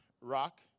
rock